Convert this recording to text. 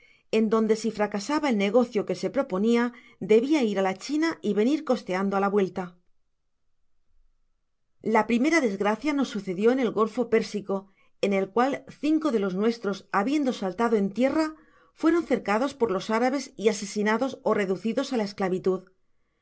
en donde si fracasaba el negocio que se proponia debia ir á la china y venir costeando á la vuelta content from google book search generated at la pritaera desgracia aos sucedió en el golfo pérsico en el cual cinco de los nuestros habiendo saltado en tierra faeron cercados por los árabes y asesinados ó reducidos a la esclavitud el